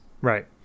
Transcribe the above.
Right